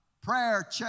prayer